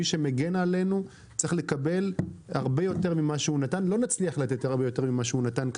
מי שמגן עלינו צריך לקבל הרבה יותר ממה שהוא נתן.